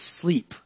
sleep